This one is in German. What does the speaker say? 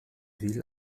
will